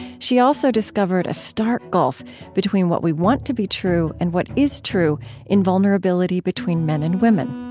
she also discovered a stark gulf between what we want to be true and what is true in vulnerability between men and women.